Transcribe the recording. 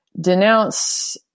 denounce